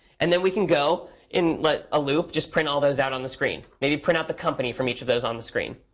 and then we can go and let a loop just print all those out on the screen, maybe print out the company from each of those on the screen.